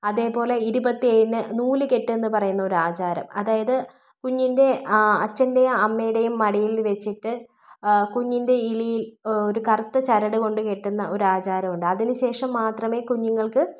അതുപോലെ ഇരുപത്തേഴിന് നൂലുകെട്ട് എന്ന് പറയുന്ന ഒരു ആചാരം അതായത് കുഞ്ഞിൻ്റെ ആ അച്ഛൻ്റെയും അമ്മയുടെയും മടിയിൽ വെച്ചിട്ട് കുഞ്ഞിൻ്റെ ഇളിയിൽ ഒരു കറുത്ത ചരട് കൊണ്ട് കെട്ടുന്ന ഒരാചാരം ഉണ്ട് അതിനുശേഷം മാത്രമേ കുഞ്ഞുങ്ങൾക്ക്